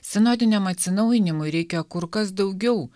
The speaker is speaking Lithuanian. sinodiniam atsinaujinimui reikia kur kas daugiau